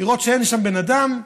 לראות שאין בן אדם.